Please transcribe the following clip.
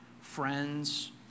friends